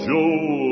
Joe